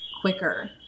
quicker